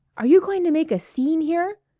are you going to make a scene here?